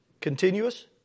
Continuous